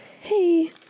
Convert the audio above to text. hey